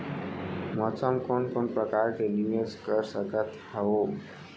मैं कोन कोन प्रकार ले निवेश कर सकत हओं?